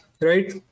right